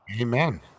amen